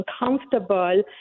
uncomfortable